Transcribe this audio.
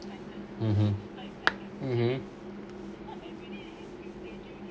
mmhmm